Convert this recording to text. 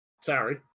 Sorry